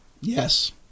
Yes